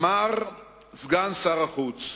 אמר סגן שר החוץ: